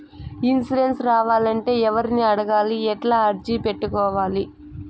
Insurance రావాలంటే ఎవర్ని అడగాలి? ఎట్లా అర్జీ పెట్టుకోవాలి?